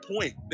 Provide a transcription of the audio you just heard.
point